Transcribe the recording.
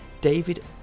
David